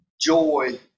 Joy